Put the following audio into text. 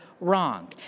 wrong